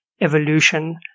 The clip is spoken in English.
evolution